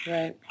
Right